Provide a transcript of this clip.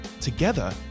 Together